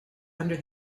under